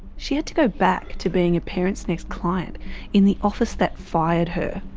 she had to go back to being a parentsnext client in the office that fired her.